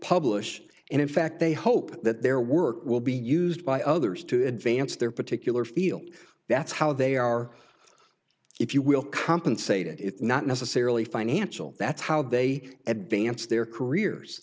publish and in fact they hope that their work will be used by others to advance their particular field that's how they are if you will compensate it it's not necessarily financial that's how they advance their careers